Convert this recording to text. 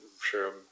sure